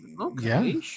okay